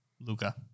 Luca